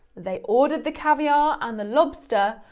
they ordered the caviar and the lobster,